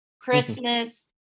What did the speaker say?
Christmas